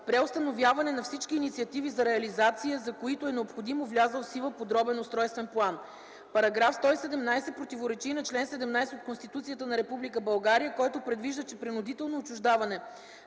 преустановяване на всички инициативи за реализация, за които е необходимо влязъл в сила Подробен устройствен план. Параграф 117 противоречи на чл. 17 от Конституцията на Република България, който предвижда че „принудително отчуждаване